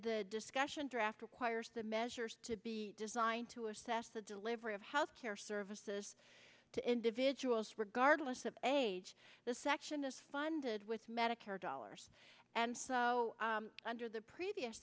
the discussion draft requires the measures to be designed to assess the delivery of health care services to individuals regardless of age the section is funded with medicare dollars and so under the previous